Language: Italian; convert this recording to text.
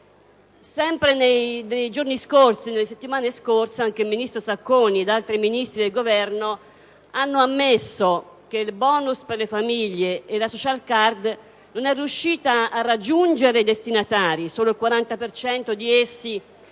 Sempre nelle settimane scorse anche il ministro Sacconi e altri esponenti del Governo hanno ammesso che il *bonus* per le famiglie e la *social card* non sono riusciti a raggiungere i destinatari: solo il 40 di essi